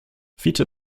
fiete